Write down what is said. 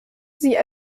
sie